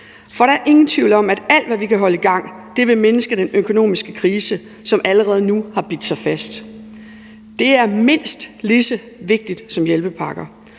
For der er ingen tvivl om, at alt, hvad vi kan holde i gang, vil mindske den økonomiske krise, som allerede nu har bidt sig fast. Det er mindst lige så vigtigt som hjælpepakker,